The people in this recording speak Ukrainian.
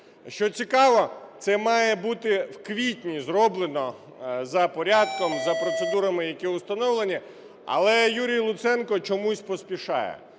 Що цікаво, це має бути в квітні зроблено за порядком, за процедурами, які установлені. Але Юрій Луценко чомусь поспішає,